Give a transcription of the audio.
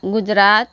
Gujarat